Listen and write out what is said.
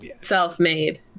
self-made